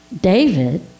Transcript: David